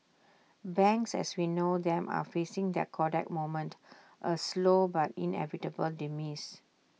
banks as we know them are facing their Kodak moment A slow but inevitable demise